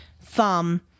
thumb